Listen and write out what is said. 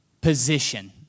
position